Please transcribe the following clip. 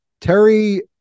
Terry